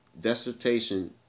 dissertation